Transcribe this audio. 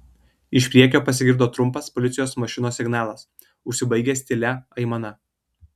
iš priekio pasigirdo trumpas policijos mašinos signalas užsibaigęs tylia aimana